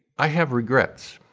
i have regrets,